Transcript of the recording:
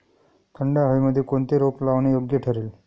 थंड हवेमध्ये कोणते रोप लावणे योग्य ठरेल?